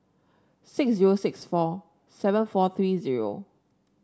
six zero six four seven four three zero